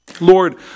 lord